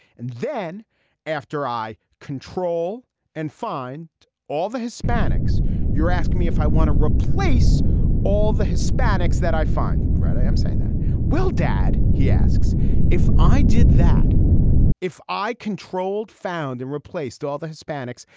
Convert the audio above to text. and then after i control and find all the hispanics you're asking me if i want to replace all the hispanics that i find. right i am saying that will dad. he asks if i did that if i controlled found and replaced all the hispanics.